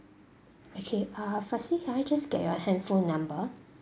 okay uh firstly can I just get your handphone number